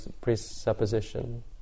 presupposition